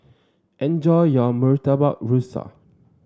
enjoy your Murtabak Rusa